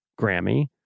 Grammy